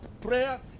prayer